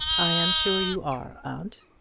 i am sure you are, aunt.